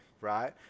right